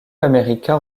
américain